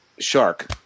Shark